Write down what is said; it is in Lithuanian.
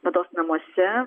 mados namuose